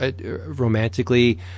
romantically